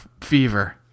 fever